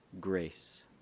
grace